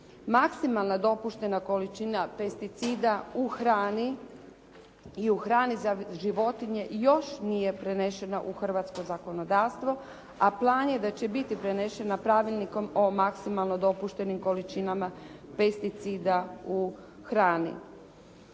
Maksimalna dopuštena količina pesticida u hrani i u hrani za životinje još nije prenešena u hrvatsko zakonodavstvo, a plan je da će biti prenešena Pravilnikom o maksimalno dopuštenim količinama pesticida u hrani.